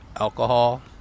alcohol